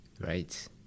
right